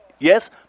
Yes